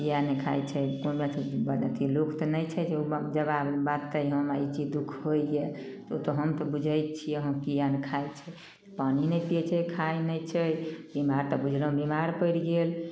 किएक नहि खाइ छै कोन अथी बड्ड अथी लोक तऽ नहि छै जे ओ जबाव बाजतय जे हमरा ई दुख होइए ओतऽ तऽ बुझय छियै किएक नहि खाइ छै पानि नहि पीयै छै खाइ नहि छै बीमार तऽ बुझलहुँ बीमार पड़ि गेल